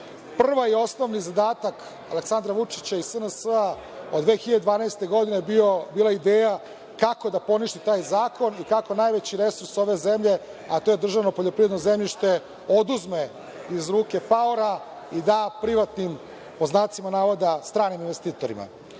i osnovni zadatak Aleksandra Vučića i SNS-a od 2012. godine bila je ideja kako da poništi taj zakon i kako najveći resurs ove zemlje, a to je državno poljoprivredno zemljište, da oduzme iz ruke paora i da privatnim „stranim investitorima“.